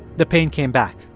the pain came back.